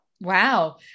Wow